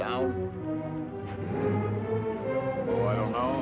down i don't know